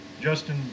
Justin